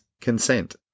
consent